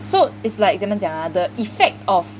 so is like 怎么样讲 ah the effect of